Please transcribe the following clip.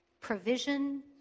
provision